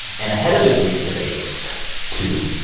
and ahead of this week's debates two.